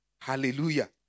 Hallelujah